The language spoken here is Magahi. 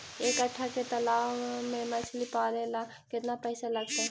एक कट्ठा के तालाब में मछली पाले ल केतना पैसा लगतै?